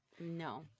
no